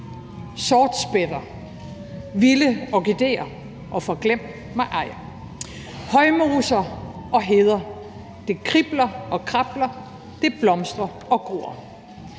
sortspætter, vilde orkidéer og forglemmigej og højmoser og heder. Det kribler og krabler, det blomstrer og gror.